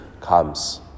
comes